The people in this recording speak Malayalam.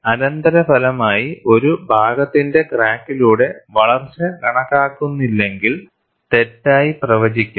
അനന്തരഫലമായി ഒരു ഭാഗത്തിന്റെ ക്രാക്കിലൂടെ വളർച്ച കണക്കാക്കുന്നില്ലെങ്കിൽ തെറ്റായി പ്രവചിക്കാം